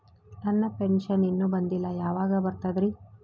ನನ್ನ ಪೆನ್ಶನ್ ಇನ್ನೂ ಬಂದಿಲ್ಲ ಯಾವಾಗ ಬರ್ತದ್ರಿ?